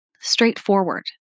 straightforward